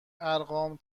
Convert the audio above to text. ارقام